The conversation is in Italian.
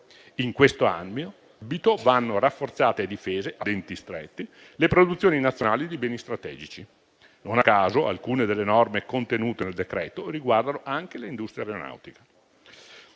In questo ambito vanno rafforzate e difese a denti stretti le produzioni nazionali di beni strategici. Non a caso, alcune delle norme contenute nel decreto riguardano anche le industrie aeronautiche.